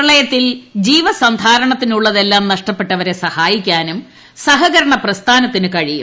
പ്രളയത്തിൽ ജീവസന്ധാരണത്തിനുള്ളതെല്ലാം നഷ്ടപ്പെട്ടവരെ സഹായിക്കാനും സഹകരണ പ്രസ്ഥാനത്തിന് കഴിയും